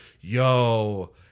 yo